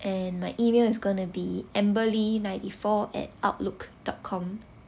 and my email is gonna be amber lee ninety four at outlook dot com